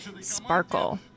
sparkle